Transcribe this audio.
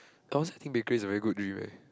I once think bakery is a very good dream eh